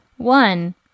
One